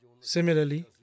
Similarly